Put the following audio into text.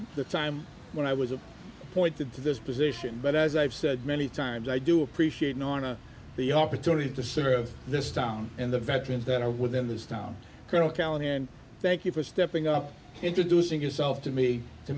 the time when i was a pointed to this position but as i've said many times i do appreciate nona the opportunity to serve this town and the veterans that are within this town colonel callahan thank you for stepping up introducing yourself to me to